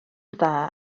dda